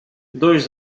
dois